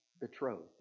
betrothed